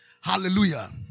Hallelujah